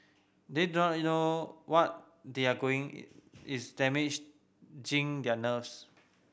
they don't know what they are going is damaging their nerves